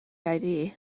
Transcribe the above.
hiv